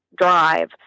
Drive